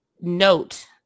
note